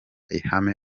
ihame